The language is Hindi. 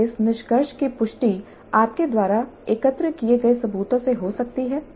क्या इस निष्कर्ष की पुष्टि आपके द्वारा एकत्र किए गए सबूतों से हो सकती है